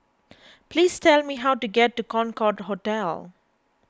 please tell me how to get to Concorde Hotel